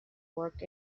work